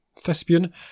thespian